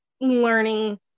learning